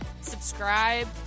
Subscribe